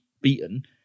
beaten